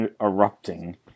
erupting